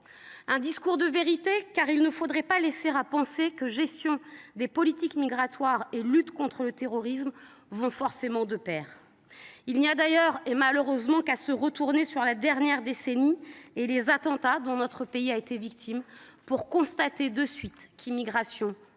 Un discours de vérité, car il ne faudrait pas laisser à penser que gestion des politiques migratoires et lutte contre le terrorisme vont forcément de pair. Il suffit de se retourner sur la dernière décennie et sur les attentats dont notre pays a été victime pour constater qu’immigration ne rime pas